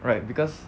right because